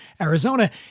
Arizona